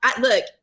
Look